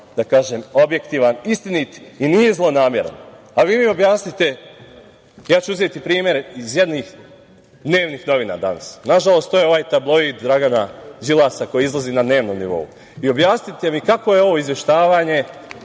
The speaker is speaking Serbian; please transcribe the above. je potpuno objektivan, istinit i nije zlonameran. Objasnite mi. Uzeću primer iz jednih dnevnih novina danas. Nažalost, to je tabloid Dragana Đilasa koji izlazi na dnevnom nivou i objasnite mi kakvo je ovo izveštavanje,